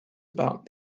about